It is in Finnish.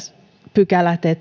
pykälät